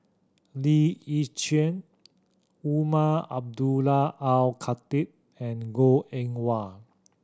Lee Yi Shyan Umar Abdullah Al Khatib and Goh Eng Wah